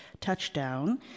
touchdown